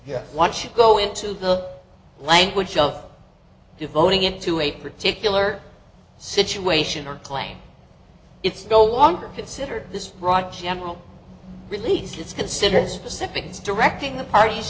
should go into the language of devoting it to a particular situation or claim it's no longer considered this broad general release it's considered specifics directing the parties